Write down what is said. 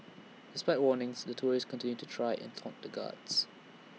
despite warnings the tourists continued to try and taunt the guards